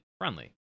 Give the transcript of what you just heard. friendly